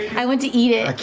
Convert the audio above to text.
i want to eat it,